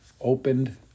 Opened